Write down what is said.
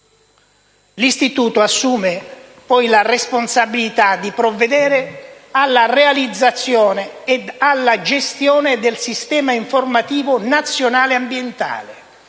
L'Istituto assume poi la responsabilità di provvedere alla realizzazione e alla gestione del Sistema informativo nazionale ambientale,